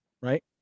right